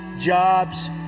jobs